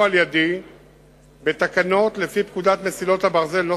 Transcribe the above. על-ידי בתקנות לפי פקודת מסילות הברזל ,